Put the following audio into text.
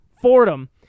Fordham